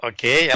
Okay